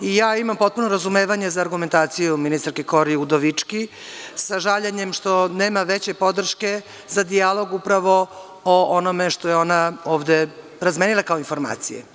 I, ja imam potpun razumevanje za argumentaciju ministarke Kori Udovički sa žaljenjem što nemam već podrške za dijalog upravo o onome što je ona ovde razmenila ovde kao informacije.